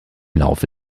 laufe